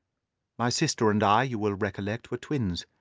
my sister and i, you will recollect, were twins,